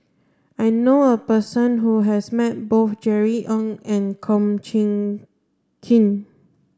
I know a person who has met both Jerry Ng and Kum Chee Kin